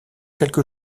quelque